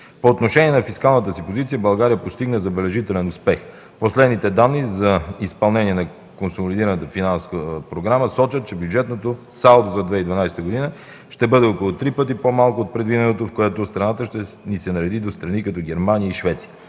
По отношение на фискалната си позиция България постигна забележителен успех. Последните данни за изпълнение на консолидираната финансова програма сочат, че бюджетното салдо за 2012 г. ще бъде около три пъти по-малко от предвиденото, с което страната ни ще се нареди до страни като Германия и Швеция.